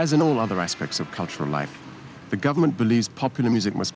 as in all other aspects of cultural life the government believes popular music must